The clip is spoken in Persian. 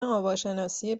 آواشناسی